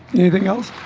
anything else